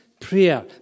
prayer